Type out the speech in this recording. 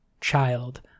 child